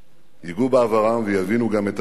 ייגעו בעברם ויבינו גם את עתידם.